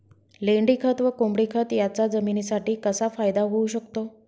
लेंडीखत व कोंबडीखत याचा जमिनीसाठी कसा फायदा होऊ शकतो?